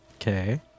Okay